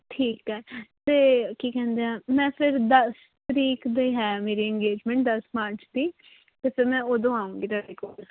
ਠੀਕ ਹੈ ਅਤੇ ਕੀ ਕਹਿੰਦੇ ਆ ਮੈਂ ਫਿਰ ਦਸ ਤਰੀਕ ਦੀ ਹੈ ਮੇਰੀ ਇੰਗੇਜਮੈਂਟ ਦਸ ਮਾਰਚ ਦੀ ਅਤੇ ਫਿਰ ਮੈਂ ਉਦੋਂ ਆਊਂਗੀ ਤੁਹਾਡੇ ਕੋਲ